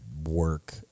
work